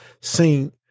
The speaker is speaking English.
seen